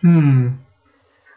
hmm